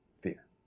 fear